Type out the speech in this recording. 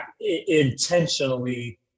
intentionally